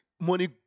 money